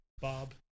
Bob